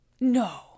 No